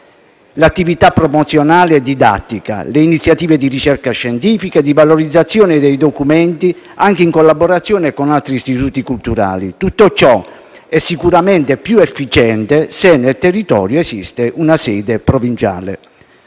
l'attività promozionale e didattica, le iniziative di ricerca scientifica e di valorizzazione dei documenti, anche in collaborazione con altri istituti culturali. Tutto ciò è sicuramente più efficiente se nel territorio esiste una sede provinciale.